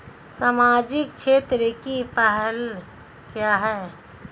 सामाजिक क्षेत्र की पहल क्या हैं?